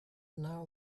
now